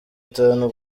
atanu